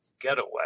Getaway